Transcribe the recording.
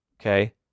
Okay